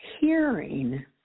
hearing